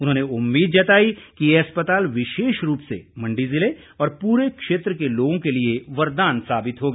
उन्होंन उम्मीद जताई कि ये अस्पताल विशेष रूप से मंडी जिले और पूरे क्षेत्र के लोगों के लिए वरदान साबित होगा